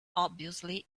obviously